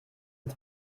ich